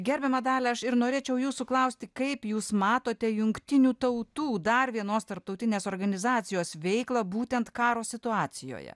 gerbiama dalia aš ir norėčiau jūsų klausti kaip jūs matote jungtinių tautų dar vienos tarptautinės organizacijos veiklą būtent karo situacijoje